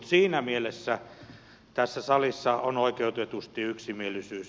siinä mielessä tässä salissa on oikeutetusti yksimielisyys